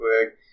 quick